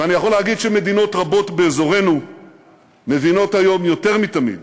ואני יכול להגיד שמדינות רבות באזורנו מבינות היום יותר מתמיד